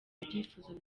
ibyifuzo